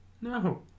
No